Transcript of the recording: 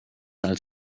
als